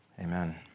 Amen